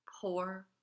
poor